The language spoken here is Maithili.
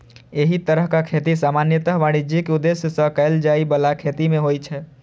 एहि तरहक खेती सामान्यतः वाणिज्यिक उद्देश्य सं कैल जाइ बला खेती मे होइ छै